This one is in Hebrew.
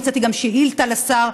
הוצאתי גם שאילתה לשר,